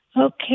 Okay